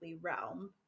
realm